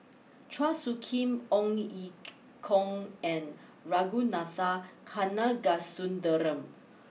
Chua Soo Khim Ong Ye Kung and Ragunathar Kanagasuntheram